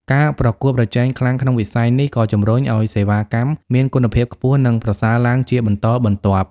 ការប្រកួតប្រជែងខ្លាំងក្នុងវិស័យនេះក៏ជម្រុញឲ្យសេវាកម្មមានគុណភាពខ្ពស់ និងប្រសើរឡើងជាបន្តបន្ទាប់។